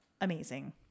amazing